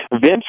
Vince